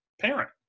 parent